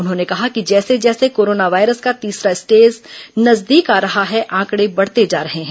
उन्होंने कहा कि जैसे जैसे कोरोना वायरस का तीसरा स्टेज नजदीक आ रहा है आंकड़े बढ़ते जा रहे हैं